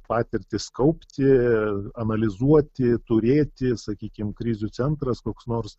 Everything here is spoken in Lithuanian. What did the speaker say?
patirtis kaupti analizuoti turėti sakykim krizių centras koks nors